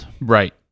Right